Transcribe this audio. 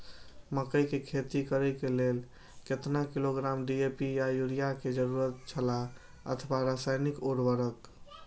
मकैय के खेती करे के लेल केतना किलोग्राम डी.ए.पी या युरिया के जरूरत छला अथवा रसायनिक उर्वरक?